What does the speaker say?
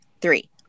three